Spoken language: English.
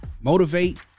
motivate